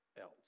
else